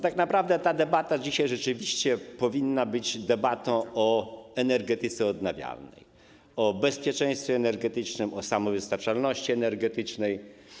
Tak naprawdę ta debata dzisiaj rzeczywiście powinna być debatą o energetyce odnawialnej, o bezpieczeństwie energetycznym, o samowystarczalności energetycznej.